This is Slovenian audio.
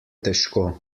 težko